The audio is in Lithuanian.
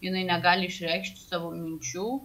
jinai negali išreikšti savo minčių